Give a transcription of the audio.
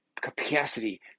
capacity